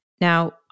Now